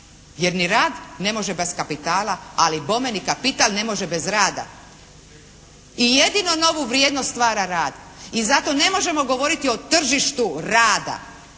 Jer ni rad ne može bez kapitala. Ali bome ni kapital ne može bez rada. I jedino novu vrijednost stvara rad. I zato ne možemo govoriti o tržištu rada